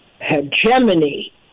hegemony